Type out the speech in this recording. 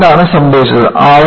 പക്ഷേ എന്താണ് സംഭവിച്ചത്